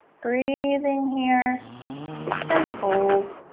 breathing here and hold